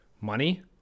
money